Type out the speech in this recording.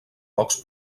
pocs